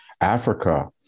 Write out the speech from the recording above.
Africa